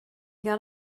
got